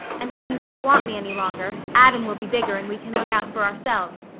and when you don't want me any longer, adam will be bigger and we can look out for ourselves.